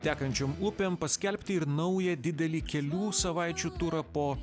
tekančiom upėm paskelbti ir naują didelį kelių savaičių turą po